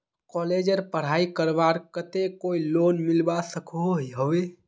कॉलेजेर पढ़ाई करवार केते कोई लोन मिलवा सकोहो होबे?